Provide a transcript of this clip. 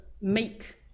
make